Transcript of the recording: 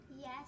yes